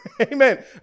Amen